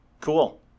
cool